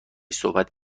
صحبت